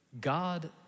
God